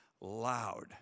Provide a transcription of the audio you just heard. loud